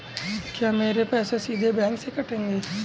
क्या मेरे पैसे सीधे बैंक से कटेंगे?